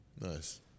Nice